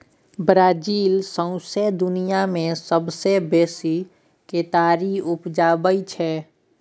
Brazil सौंसे दुनियाँ मे सबसँ बेसी केतारी उपजाबै छै